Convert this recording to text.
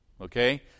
Okay